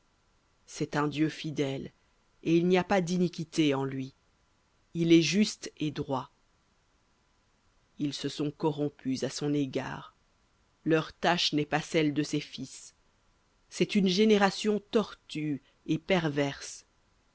c'est un dieu fidèle et il n'y a pas d'iniquité il est juste et droit v ils se sont corrompus à son égard leur tache n'est pas celle de ses fils c'est une génération tortue et perverse